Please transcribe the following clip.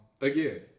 Again